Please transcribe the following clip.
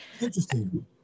interesting